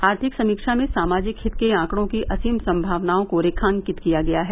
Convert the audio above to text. आर्थिक समीक्षा में सामाजिक हित के आंकड़ों की असीम संभावनाओं को रेखांकित किया गया है